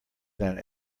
than